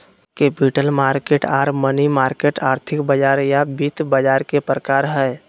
capital market आर money market आर्थिक बाजार या वित्त बाजार के प्रकार हय